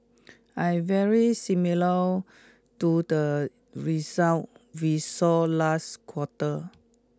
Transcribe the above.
I very similar to the results we saw last quarter